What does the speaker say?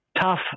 tough